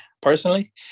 personally